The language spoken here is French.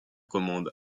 commande